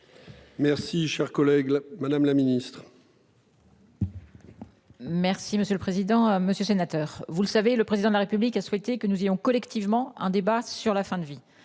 Merci cher collègue là, madame la Ministre. Merci monsieur le président, monsieur sénateur, vous le savez, le président de la République a souhaité que nous ayons collectivement un débat sur la fin de vie.